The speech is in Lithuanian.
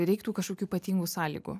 reiktų kažkokių ypatingų sąlygų